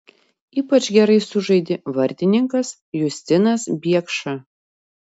ypač gerai sužaidė vartininkas justinas biekša